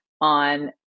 on